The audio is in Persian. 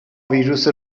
ویروس